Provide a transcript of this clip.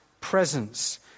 presence